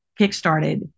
kickstarted